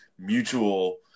mutual